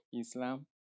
Islam